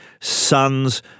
Sons